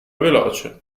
veloce